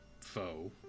foe